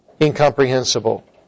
incomprehensible